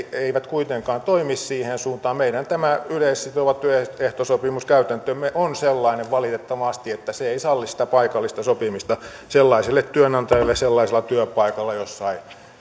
eivät kuitenkaan toimi siihen suuntaan tämä meidän yleissitova työehtosopimuskäytäntömme on valitettavasti sellainen että se ei salli sitä paikallista sopimista sellaiselle työantajalle sellaisella työpaikalla missä